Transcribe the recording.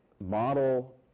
model